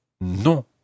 non